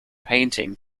painting